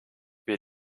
wir